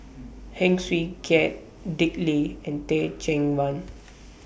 Heng Swee Keat Dick Lee and Teh Cheang Wan